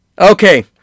Okay